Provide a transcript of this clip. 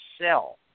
sell